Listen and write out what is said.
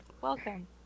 Welcome